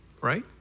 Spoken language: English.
right